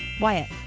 Wyatt